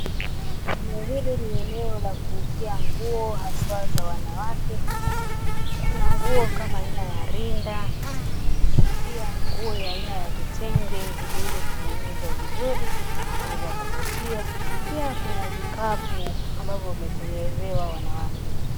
Eneo hili ni eneo la kuuzia nguo haswa za wanawake. Kuna nguo kama aina ya rinda na pia nguo ya aina ya vitenge vilivyotengenezwa vizuri na vya kuvutia pia kuna vikapu ambavyo vimetengenezewa wanawake.